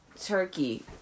Turkey